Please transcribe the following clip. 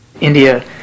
India